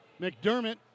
McDermott